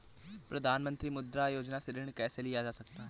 प्रधानमंत्री मुद्रा योजना से ऋण कैसे लिया जा सकता है?